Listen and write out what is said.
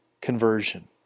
conversion